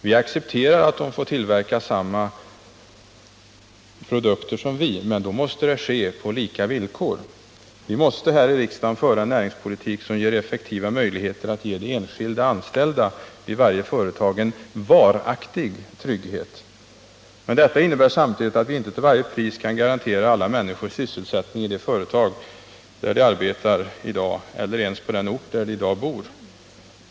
Vi accepterar att de får tillverka samma produkter som vi, men då måste det ske på lika villkor.” Vi måste här i riksdagen föra en näringspolitik som skapar effektiva möjligheter att ge de enskilda anställda i varje företag en varaktig trygghet. Men detta innebär samtidigt att vi inte till varje pris kan garantera alla människor sysselsättning i de företag där de arbetar i dag eller ens på den ort där de i dag bor.